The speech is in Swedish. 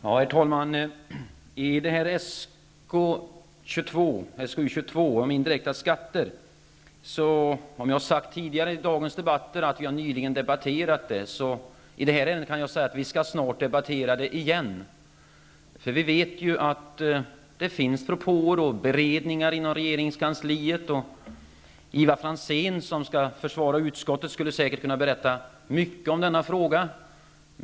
Herr talman! I fråga om skatteutskottets betänkande 1991/92:SkU22 om indirekta skatter kan jag säga att vi, trots att frågan nyligen har diskuterats, snart återigen skall debattera detta ämne. Det finns ju propåer och beredningar inom regeringskansliet. Ivar Franzén som har att försvara utskottet har säkert mycket att säga i denna fråga.